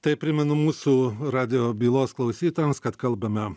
tai primenu mūsų radijo bylos klausytojams kad kalbame